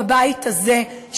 בבית הזה,